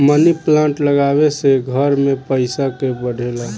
मनी plant लागवे से घर में पईसा के बढ़ेला